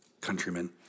countrymen